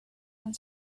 and